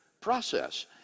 process